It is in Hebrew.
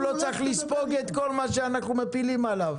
לא צריך לספוג את כל מה שאנחנו מפילים עליו.